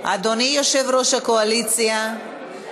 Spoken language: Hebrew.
אדוני יושב-ראש הקואליציה,